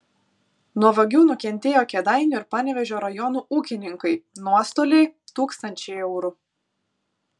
nuo vagių nukentėjo kėdainių ir panevėžio rajonų ūkininkai nuostoliai tūkstančiai eurų